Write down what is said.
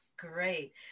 Great